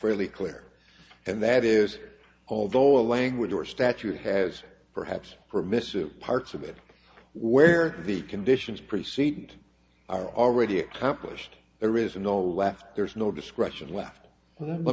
fairly clear and that is although a language or statute has perhaps permissive parts of it where the conditions precede are already accomplished there is no left there's no discretion left